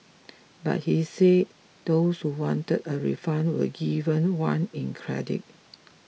but he said those who wanted a refund were given one in credit